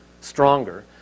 stronger